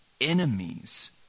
enemies